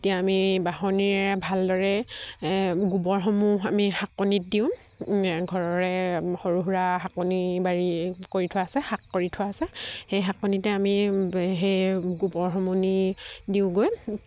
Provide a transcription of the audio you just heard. তেতিয়া আমি বাঁহনীৰে ভালদৰে গোবৰসমূহ আমি শাকনিত দিওঁ ঘৰৰে সৰু সুৰা শাকনিবাৰী কৰি থোৱা আছে শাক কৰি থোৱা আছে সেই শাকনিতে আমি সেই গোবৰ সমূহ নি দিওঁগৈ